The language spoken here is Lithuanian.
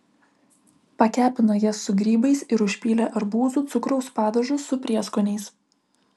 pakepino jas su grybais ir užpylė arbūzų cukraus padažu su prieskoniais